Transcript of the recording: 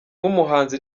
nk’umuhanzi